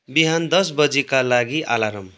बिहान दस बजेका लागि अलार्म